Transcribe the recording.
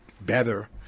better